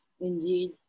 indeed